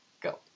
go